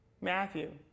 Matthew